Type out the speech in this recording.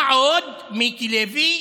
מה עוד, מיקי לוי,